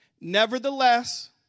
Nevertheless